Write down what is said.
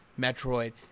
Metroid